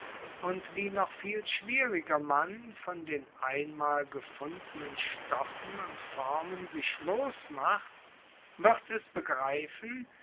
und wie noch viel schwieriger man von den einmal gefundenen stoffen und formen sich losmacht wird es begreifen